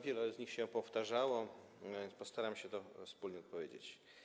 Wiele z nich się powtarzało, więc postaram się na nie wspólnie odpowiedzieć.